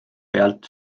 pealt